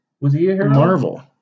Marvel